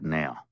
now